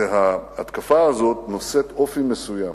וההתקפה הזאת נושאת אופי מסוים.